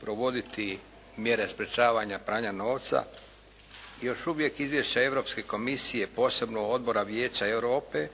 provoditi mjere sprječavanja pranja novca još uvijek izvješća Europske komisije, posebno Odbora Vijeća Europe